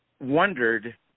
wondered